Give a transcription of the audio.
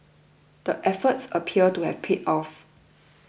the efforts appear to have paid off